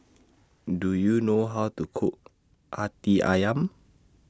Do YOU know How to Cook Hati Ayam